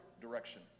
direction